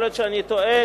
יכול להיות שאני טועה,